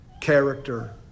character